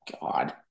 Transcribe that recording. God